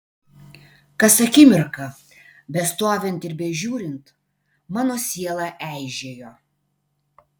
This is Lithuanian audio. kas akimirką bestovint ir bežiūrint mano siela eižėjo